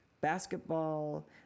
basketball